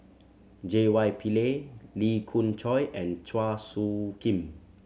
J Y Pillay Lee Khoon Choy and Chua Soo Khim